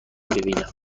ببینم